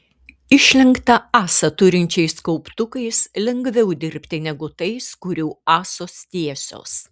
išlenktą ąsą turinčiais kauptukais lengviau dirbti negu tais kurių ąsos tiesios